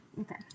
okay